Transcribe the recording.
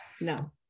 No